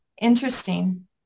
interesting